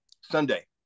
sunday